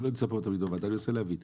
אני לא נמצא יותר מדי בוועדה בסוף